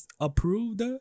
approved